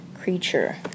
creature